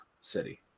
City